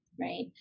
Right